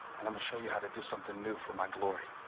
and i'ma show you how to do something new for my glory